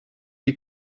die